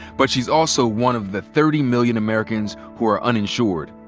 but she's also one of the thirty million americans who are uninsured,